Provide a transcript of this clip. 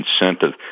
incentive